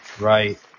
right